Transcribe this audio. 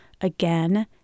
again